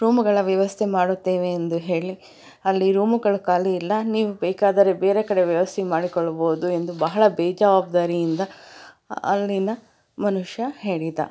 ರೂಮುಗಳ ವ್ಯವಸ್ಥೆ ಮಾಡುತ್ತೇವೆ ಎಂದು ಹೇಳಿ ಅಲ್ಲಿ ರೂಮುಗಳು ಕಾಲಿ ಇಲ್ಲ ನೀವು ಬೇಕಾದರೆ ಬೇರೆ ಕಡೆ ವ್ಯವಸ್ಥೆ ಮಾಡಿಕೊಳ್ಳಬೋದು ಎಂದು ಬಹಳ ಬೇಜವಾಬ್ದಾರಿಯಿಂದ ಅಲ್ಲಿನ ಮನುಷ್ಯ ಹೇಳಿದ